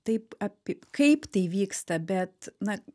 taip api kaip tai vyksta bet na